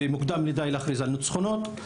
ומוקדם מדי להכריז על ניצחונות.